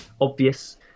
obvious